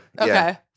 Okay